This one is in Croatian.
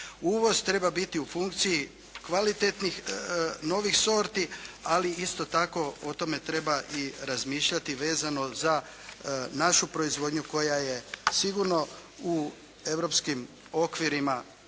Uvoz treba biti u funkciji kvalitetnih, novih sorti, ali isto tako o tome treba i razmišljati vezano za našu proizvodnju koja je sigurno u europskim okvirima